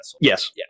Yes